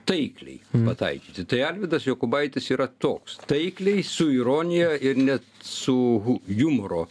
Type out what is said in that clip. taikliai pataikyti tai alvydas jokubaitis yra toks taikliai su ironija ir net su jumoro